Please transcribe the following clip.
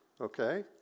Okay